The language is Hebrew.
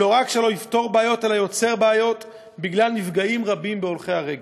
לא רק שלא פותר בעיות אלא יוצר בעיות בגלל נפגעים רבים מהולכי הרגל.